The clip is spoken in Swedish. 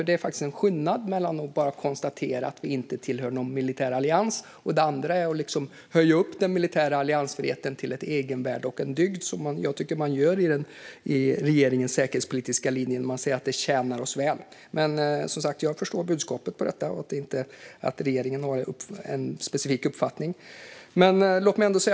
Det är ju faktiskt en skillnad mellan att bara konstatera att vi inte tillhör någon militär allians och att höja upp den militära alliansfriheten till ett egenvärde och en dygd, som jag tycker att man gör i regeringens säkerhetspolitiska linje när man säger att alliansfriheten tjänar oss väl. Men, som sagt, jag förstår budskapet i detta och att regeringen har en specifik uppfattning.